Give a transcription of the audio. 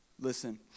listen